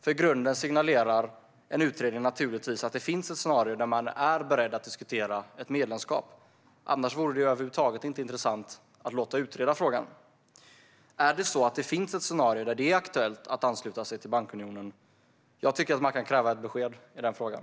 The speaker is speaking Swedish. I grunden signalerar en utredning naturligtvis att det finns ett scenario där man är beredd att diskutera ett medlemskap, annars vore det över huvud taget inte intressant att låta utreda frågan. Är det så att det finns ett scenario där det är aktuellt att ansluta sig till bankunionen? Jag tycker man kan kräva ett besked i den frågan.